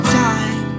time